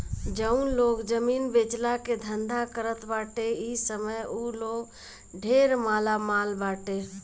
जउन लोग जमीन बेचला के धंधा करत बाटे इ समय उ लोग ढेर मालामाल बाटे